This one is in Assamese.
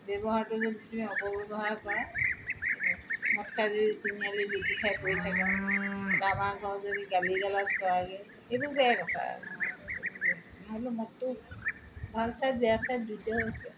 ব্যৱহাৰটো যদি তুমি অপব্যৱহাৰ কৰা এইটো মদ খাই যদি তিনিআলিত লুটি খাই পৰি থাকা তাৰপৰা ঘৰত যদি গালি গালাচ কৰাগে এইবোৰ বেয়া কথা আৰু নহ'লে মদটোত ভাল ছাইড বেয়া ছাইড দুটাও আছে